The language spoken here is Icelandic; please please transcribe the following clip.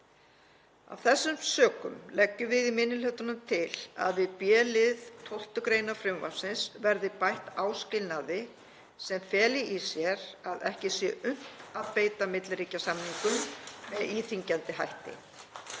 Af þessum sökum leggjum við í minni hlutanum til að við b-lið 12. gr. frumvarpsins verði bætt áskilnaði sem feli í sér að ekki sé unnt að beita milliríkjasamningum með íþyngjandi hætti,